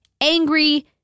angry